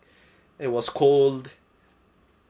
it was cold